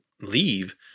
leave